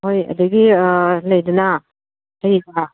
ꯍꯣꯏ ꯑꯗꯒꯤ ꯂꯩꯗꯅ ꯀꯔꯤ ꯍꯥꯏꯕ